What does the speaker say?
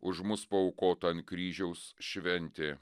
už mus paaukota ant kryžiaus šventė